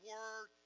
Word